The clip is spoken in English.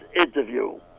interview